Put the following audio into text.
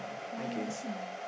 one missing